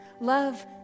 Love